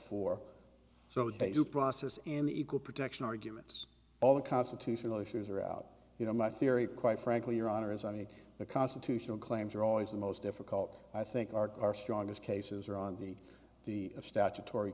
four so that you process in the equal protection arguments all the constitutional issues are out you know my theory quite frankly your honor is i mean the constitutional claims are always the most difficult i think are our strongest cases are on the the statutory